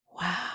Wow